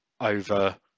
over